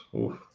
Oof